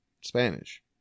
Spanish